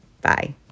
bye